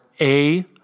a-